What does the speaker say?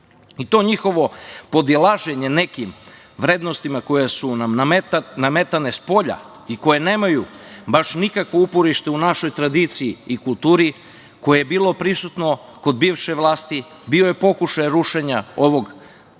njihovo podilaženje nekim vrednostima koje su nam nametane spolja i koje nemaju baš nikakvo uporište u našoj tradiciji i kulturi, koje je bilo prisutno kod bivše vlasti, bio je pokušaj rušenja onog